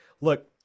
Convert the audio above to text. look